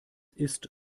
ist